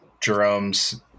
Jerome's